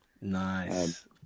nice